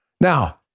Now